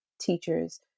teachers